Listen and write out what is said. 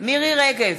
מירי רגב,